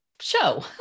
show